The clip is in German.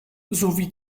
sowie